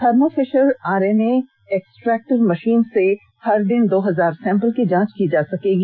thermo Fisher R N A extractor machine से हर दिन दो हजार सैंपल की जांच की जा सकेगी